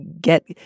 get